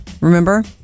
Remember